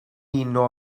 uno